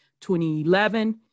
2011